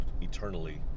eternally